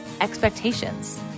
expectations